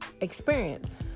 experience